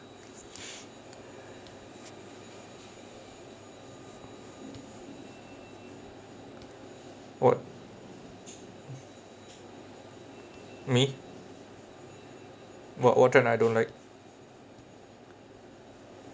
what me what what trend I don't like